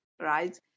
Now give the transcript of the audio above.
right